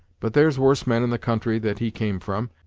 but there's worse men in the country that he came from,